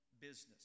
business